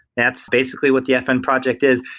that's basically what the fn project is.